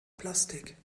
plastik